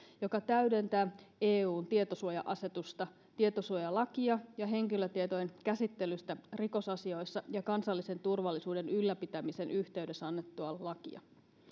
joka täydentää eun tietosuoja asetusta tietosuojalakia ja henkilötietojen käsittelystä rikosasioissa ja kansallisen turvallisuuden ylläpitämisen yhteydessä annettua lakia